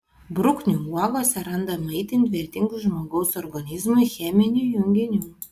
bruknių uogose randama itin vertingų žmogaus organizmui cheminių junginių